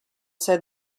said